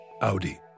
Audi